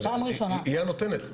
היא הנותנת.